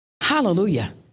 Hallelujah